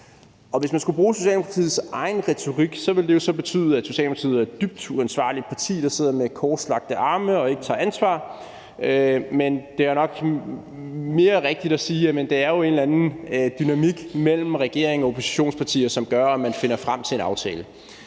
Hvis man skulle bruge Socialdemokratiets egen retorik, ville det jo så betyde, at Socialdemokratiet er et dybt uansvarligt parti, der sidder med korslagte arme og ikke tager ansvar. Men det er nok mere rigtigt at sige, at det jo er en eller anden dynamik mellem regeringen og oppositionspartierne, som gør, at man finder frem til en aftale.